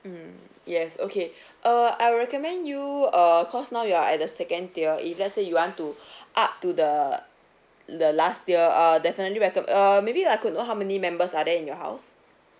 mm yes okay err I recommend you err cause now you are at the second tier if let's say you want to up to the the last tier err definitely recomm~ err maybe I could know how many members are there in your house